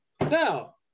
Now